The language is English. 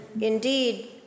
Indeed